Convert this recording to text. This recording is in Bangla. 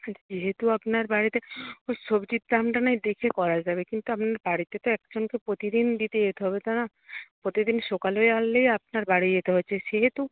যেহেতু আপনার বাড়িতে সবজির দামটা নাহয় দেখে করা যাবে কিন্তু আপনার বাড়িতে তো একজনকে প্রতিদিন দিতে যেতে হবে তো না প্রতিদিন সকালে আপনার বাড়ি যেতে হচ্ছে সেহেতু